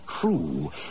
true